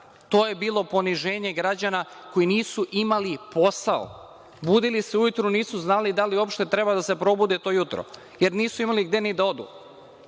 To je bilo poniženje građana koji nisu imali posao, budili se ujutru nisu znali da li uopšte treba da se probude to jutro, jer nisu imali gde ni da odu. Ova